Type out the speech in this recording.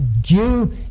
due